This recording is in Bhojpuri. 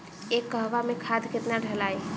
एक कहवा मे खाद केतना ढालाई?